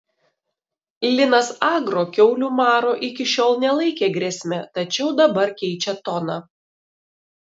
linas agro kiaulių maro iki šiol nelaikė grėsme tačiau dabar keičia toną